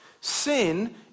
sin